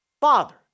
father